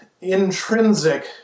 intrinsic